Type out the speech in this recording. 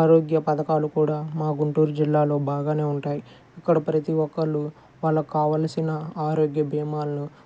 ఆరోగ్య పథకాలు కూడా మా గుంటూరు జిల్లాలో బాగానే ఉంటాయి ఇక్కడ ప్రతి ఒక్కరు వాళ్ళకు కావాల్సిన ఆరోగ్య భీమాలను